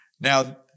Now